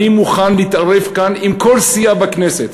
אני מוכן להתערב כאן עם כל סיעה בכנסת,